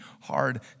hard